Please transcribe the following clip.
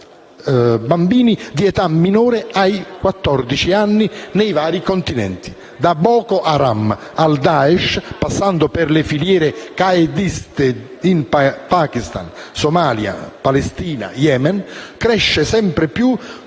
bambini di età minore ai quattordici anni nei vari continenti. Da Boko Haram al Daesh, passando per le filiere qaediste in Pakistan, Somalia, Palestina, Yemen, cresce sempre più